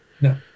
No